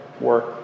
work